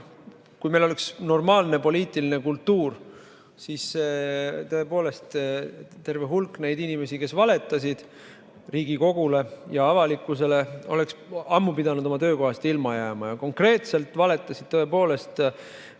kui meil oleks normaalne poliitiline kultuur, siis tõepoolest terve hulk neid inimesi, kes valetasid Riigikogule ja avalikkusele, oleks ammu pidanud oma töökohast ilma jääma. Konkreetselt valetasid politseiameti